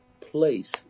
place